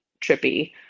trippy